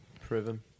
Proven